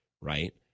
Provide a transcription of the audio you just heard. right